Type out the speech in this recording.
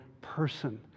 person